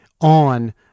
on